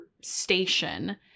station